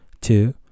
two